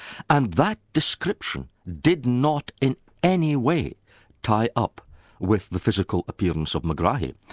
and that description did not in any way tie up with the physical appearance of megrahi.